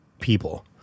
people